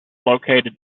located